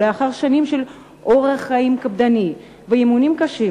לאחר שנים של אורח חיים קפדני ואימונים קשים,